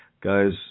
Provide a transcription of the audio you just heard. guys